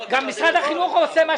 משרד הביטחון הוא שבוחר להשתתף בהחלטות